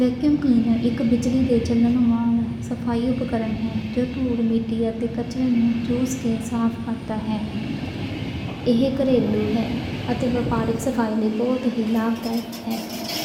Vacuum cleaner اک بجلی دے چلن والا صفائی اُپکرن ہے۔ جو مٹی اتے کچرے نوں چوس کے صاف کرتا ہے۔ ایہہ گھریلو اتے پبلک صفائی لئی بہت ہی لابھدائک ہے۔